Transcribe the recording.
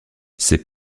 ces